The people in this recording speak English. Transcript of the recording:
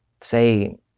say